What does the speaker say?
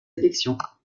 élections